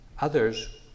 Others